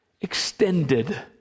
extended